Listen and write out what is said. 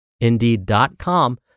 indeed.com